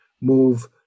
move